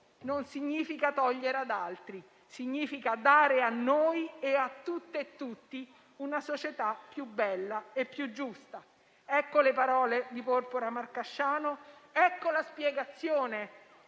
non significa togliere ad altri, significa dare a noi e a tutte e tutti una società più bella e più giusta». Ecco le parole di Porpora Marcasciano; ecco la spiegazione,